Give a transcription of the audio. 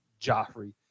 Joffrey